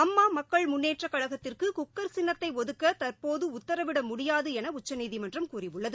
அம்மா மக்கள் முன்னேற்றக் கழகத்திற்கு குக்கள் சின்னத்தை ஒதுக்க தற்போது உத்தரவிட முடியாது என உச்சநீதிமன்றம் கூறியுள்ளது